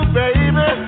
baby